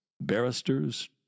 Barristers